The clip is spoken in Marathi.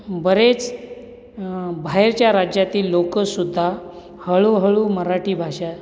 बरेच बाहेरच्या राज्यातील लोकंसुद्धा हळूहळू मराठी भाषा